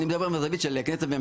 אני מדבר מהזווית של כנסת-ממשלה,